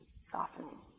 softening